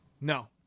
No